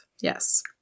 Yes